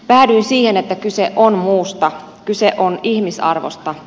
päädyin siihen että kyse on muusta kyse on ihmisarvosta